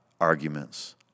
arguments